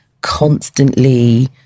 constantly